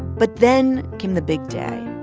but then came the big day.